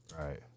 Right